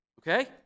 Okay